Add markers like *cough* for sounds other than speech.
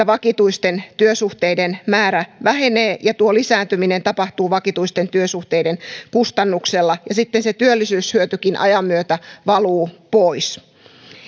*unintelligible* vakituisten työsuhteiden määrä vähenee ja tuo lisääntyminen tapahtuu vakituisten työsuhteiden kustannuksella ja se työllisyyshyötykin ajan myötä valuu pois